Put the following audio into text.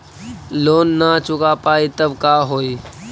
Loan न चुका पाई तब का होई?